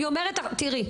תראי.